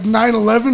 9-11